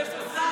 בטח,